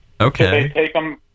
Okay